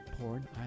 porn